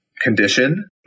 condition